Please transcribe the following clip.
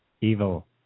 evil